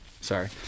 sorry